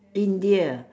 India